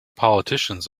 politicians